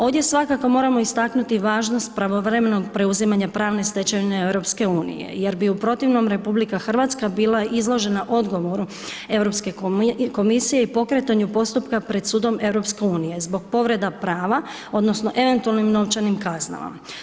Ovdje svakako moramo istaknuti važnost pravovremenog preuzimanja pravne stečevine EU jer bi u protivnom RH bila izložena odgovoru Europske komisije i pokretanju postupka pred sudom EU, zbog povreda prava, odnosno eventualnim novčanim kaznama.